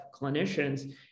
clinicians